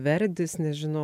verdis nežinau